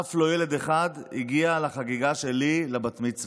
אף ילד אחד לא הגיע לחגיגה של לי, לבת-מצווה.